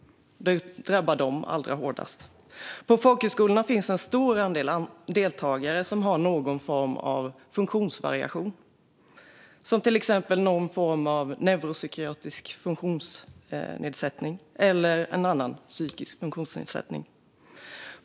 Det drabbar dem allra hårdast. På folkhögskolorna finns en stor andel deltagare som har någon form av funktionsvariation, till exempel en neuropsykiatrisk funktionsnedsättning eller en annan psykisk funktionsnedsättning.